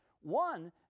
One